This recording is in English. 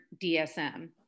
DSM